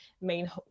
main